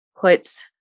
puts